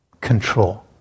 control